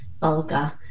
vulgar